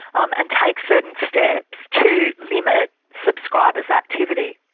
um and take certain steps to limit subscribers' activity.